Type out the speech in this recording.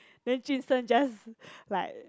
then jun sheng just like